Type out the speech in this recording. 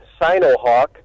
Sinohawk